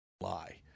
lie